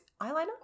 eyeliner